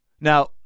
Now